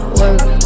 work